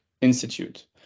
Institute